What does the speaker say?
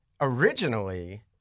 Originally